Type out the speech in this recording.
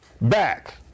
back